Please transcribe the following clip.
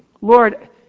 Lord